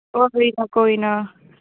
कोई ना कोई ना